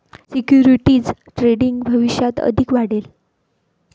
securities trading भविष्यात अधिक वाढेल